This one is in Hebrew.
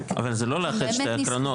אבל זה לא לאחד את שתי הקרנות,